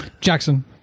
Jackson